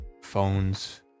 phones